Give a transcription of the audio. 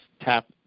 tap